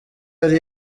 yari